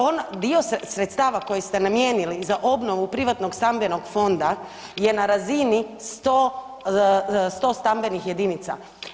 Ono, dio sredstava koji ste namijenili za obnovu privatnog stambenog fonda je na razini 100 stambenih jedinica.